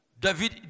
David